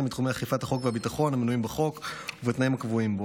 בתחומי אכיפת החוק והביטחון המנויים בחוק ובתנאים הקבועים בו.